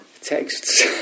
texts